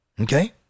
okay